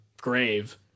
grave